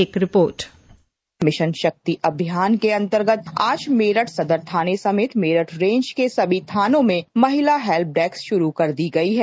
एक report dispatch mission Shakti अभियान के अंतर्गत आज मेरठ सदर थाने समेत मेरठ रेंज के सभी थानों में महिला हेल्प डेस्क शुरू कर दी गई हैं